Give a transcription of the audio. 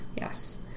Yes